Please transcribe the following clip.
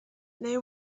they